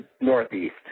northeast